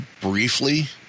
briefly